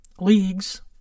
leagues